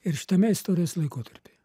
ir šitame istorijos laikotarpyje